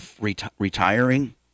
retiring